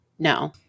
no